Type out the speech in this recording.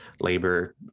labor